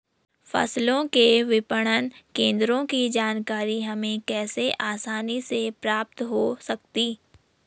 फसलों के विपणन केंद्रों की जानकारी हमें कैसे आसानी से प्राप्त हो सकती?